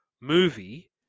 movie